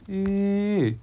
eh